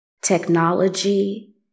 technology